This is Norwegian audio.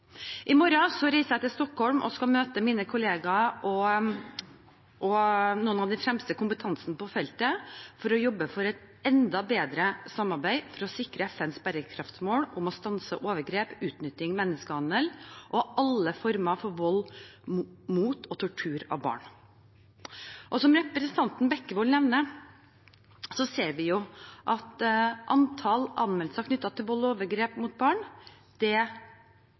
I morgen reiser jeg til Stockholm og skal møte mine kolleger og noe av den fremste kompetansen på feltet for å jobbe for et enda bedre samarbeid for å sikre FNs bærekraftsmål om å «stanse overgrep, utnytting, menneskehandel og alle former for vold mot og tortur av barn». Som representanten Bekkevold nevner, ser vi at antallet anmeldelser knyttet til vold og overgrep mot barn øker. Det